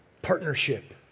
partnership